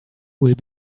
will